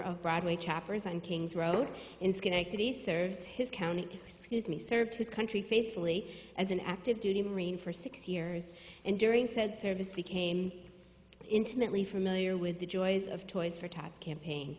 of broadway choppers on kings road in schenectady serves his county scuse me served his country faithfully as an active duty marine for six years and during said service became intimately familiar with the joys of toys for